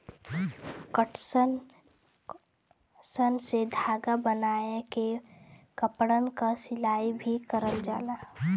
पटसन से धागा बनाय के कपड़न क सियाई भी करल जाला